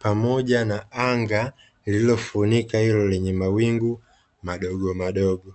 pamoja na anga lililofunika hilo lenye mawingu madogomadogo.